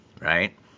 right